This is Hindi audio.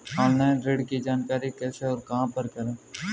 ऑनलाइन ऋण की जानकारी कैसे और कहां पर करें?